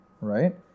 right